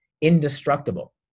indestructible